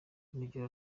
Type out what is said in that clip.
urugero